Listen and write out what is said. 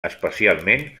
especialment